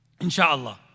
insha'Allah